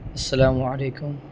السلام علیکم